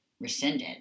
rescinded